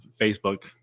facebook